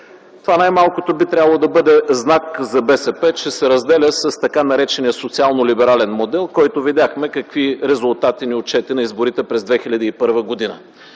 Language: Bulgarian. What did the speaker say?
Това най-малкото би трябвало да бъде знак за БСП, че се разделя с така наречения социално-либерален модел, който видяхме какви резултати ни отчете на изборите през 2001 г.,